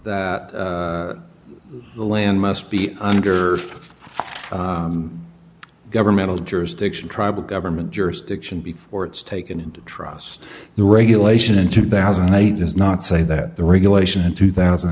that the land must be under governmental jurisdiction tribal government jurisdiction before it's taken into trust the regulation in two thousand and eight does not say that the regulation in two thousand